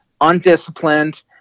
undisciplined